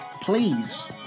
please